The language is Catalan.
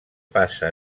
passa